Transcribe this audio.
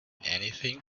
anything